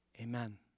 amen